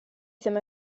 ddim